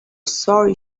sorry